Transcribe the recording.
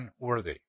unworthy